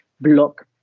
block